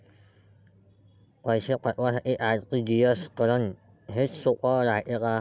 पैसे पाठवासाठी आर.टी.जी.एस करन हेच सोप रायते का?